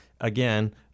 Again